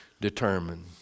determined